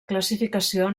classificació